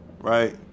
Right